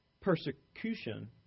persecution